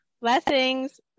blessings